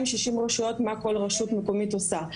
שישים רשויות מה כל רשות מקומית עושה.